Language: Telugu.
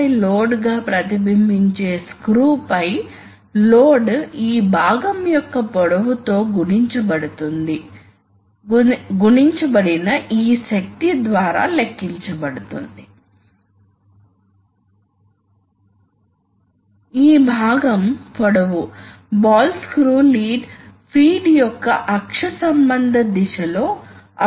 కాబట్టి ప్రారంభంలో ఈ కామ్ ఆపరేట్ చేయబడదు కాబట్టి ఇది పొజిషన్ ఇది వాల్వ్ గుండా ప్రవహిస్తుంది మరియు తిరిగి వచ్చి ఈ మార్గం గుండా ప్రవహిస్తుంది కాబట్టి ప్రవాహం రేటు f2 కొన్నిసార్లు ఈ యాక్యుయేటర్ బయటకు వెళ్ళినప్పుడు ఇది కామ్ను ఆపరేట్ చేస్తుంది మరియు తరువాత కామ్ షిఫ్ట్ అవుతుంది